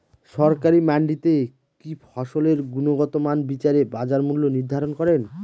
সরকারি মান্ডিতে কি ফসলের গুনগতমান বিচারে বাজার মূল্য নির্ধারণ করেন?